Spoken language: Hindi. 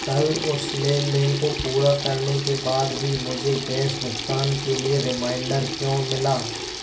कल उस लेन देन को पूरा करने के बाद भी मुझे गैस भुगतान के लिए रिमाइंडर क्यों मिला